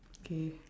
okay